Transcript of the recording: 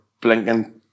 blinking